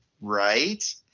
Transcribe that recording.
right